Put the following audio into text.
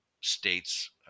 states